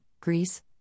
Greece